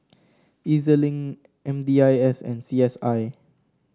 E Z Link M D I S and C S I